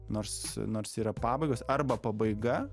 nors nors yra pabaigos arba pabaiga